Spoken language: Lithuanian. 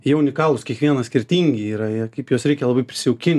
jie unikalūs kiekvienas skirtingi yra ir kaip juos reikia labai prisijaukint